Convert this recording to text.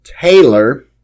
Taylor